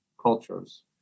cultures